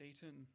Satan